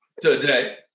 today